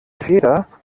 feder